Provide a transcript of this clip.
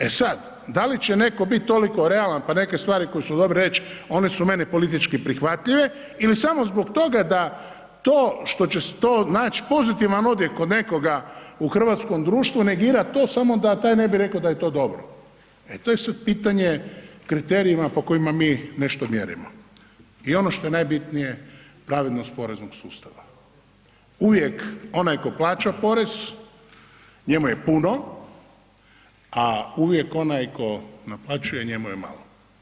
E sad, da li će neko bit toliko realan, pa neke stvari koje su dobre reć one su meni politički prihvatljive ili samo zbog toga da to što će to nać pozitivan odjek kod nekoga u hrvatskom društvu negirat to samo da taj ne bi reko da je to dobro, e to je sad pitanje kriterijima po kojima mi nešto mjerimo i ono što je najbitnije pravednost poreznog sustava, uvijek onaj ko plaća porez njemu je puno, a uvijek onaj ko naplaćuje njemu je malo.